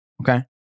okay